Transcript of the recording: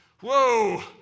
Whoa